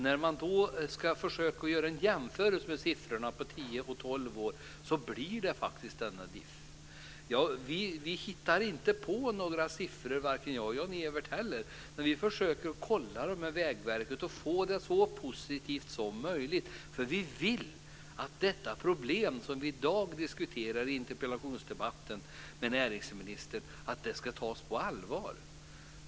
När man då ska försöka att göra en jämförelse av siffrorna på tio och tolv år blir det faktiskt denna differens. Varken jag eller Jan-Evert Rådhström hittar på några siffror. Vi försöker att kolla dem med Vägverket och få dem så positiva som möjligt. Vi vill att det problem som vi i dag diskuterar i interpellationsdebatten med näringsministern ska tas på allvar.